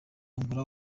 angola